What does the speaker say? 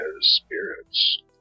spirits